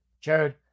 Jared